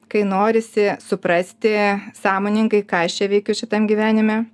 kai norisi suprasti sąmoningai ką čia veikiu šitam gyvenime